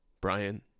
Brian